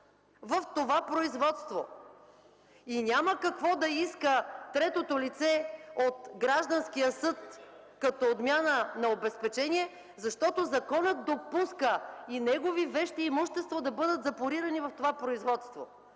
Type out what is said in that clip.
в това производство. И няма какво да иска третото лице от гражданския съд като отмяна на обезпечение, защото законът допуска негови вещи и имущество да бъдат запорирани в това производство.